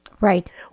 Right